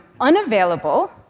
unavailable